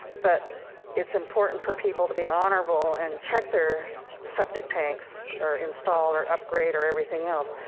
but it's important for people to be honorable and check their septic tanks, or install or upgrade or everything else.